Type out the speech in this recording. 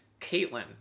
Caitlyn